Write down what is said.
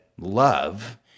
love